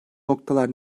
noktalar